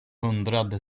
hundrade